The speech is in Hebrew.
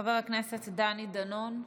חבר הכנסת דני דנון,